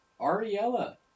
Ariella